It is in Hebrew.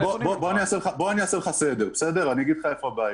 קרן הלוואות ומענקים פותרת את הבעיה.